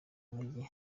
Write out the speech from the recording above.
mujyi